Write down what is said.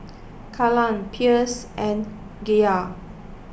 Kaylan Pierce and Gayla